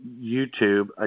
YouTube